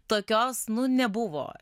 tokios nu nebuvo